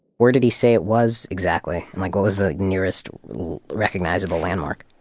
where did he say it was exactly? like what was the nearest recognizable landmark?